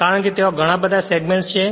કારણ કે ત્યાં ઘણા બધા સેગમેન્ટ્સ છે